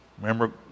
Remember